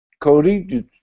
Cody